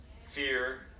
fear